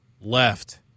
left